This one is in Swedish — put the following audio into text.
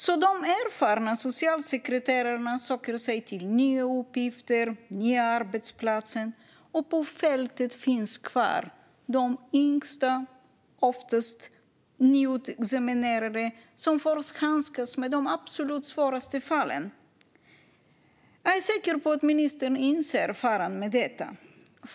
Så de erfarna socialsekreterarna söker sig till nya uppgifter eller nya arbetsplatser, och kvar på fältet finns de yngsta, oftast nyutexaminerade, som får handskas med de absolut svåraste fallen. Jag är säker på att ministern inser faran med detta.